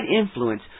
influence